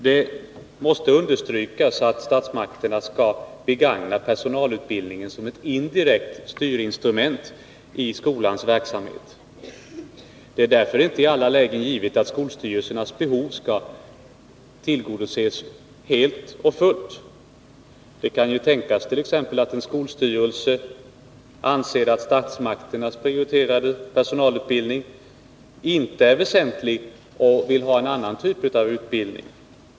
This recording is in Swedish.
Det måste understrykas att statsmakterna skall begagna personalutbildningen som ett indirekt styrinstrument i skolans verksamhet. Det är därför inte i alla lägen givet att skolstyrelsernas behov skall tillgodoses helt och fullt. Det kan ju t.ex. tänkas att en skolstyrelse anser att statsmakternas prioriterade personalutbildning inte är väsentlig och vill ha en annan typ av utbildning.